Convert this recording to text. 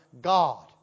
God